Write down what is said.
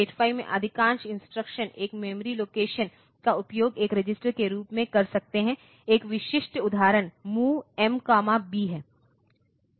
8085 में अधिकांश इंस्ट्रक्शंस एक मेमोरी लोकेशन का उपयोग एक रजिस्टर के रूप में कर सकते है एक विशिष्ट उदाहरण MOV M B है